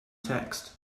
text